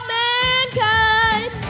mankind